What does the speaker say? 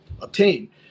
obtain